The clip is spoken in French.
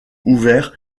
ouvert